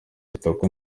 kitoko